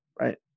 right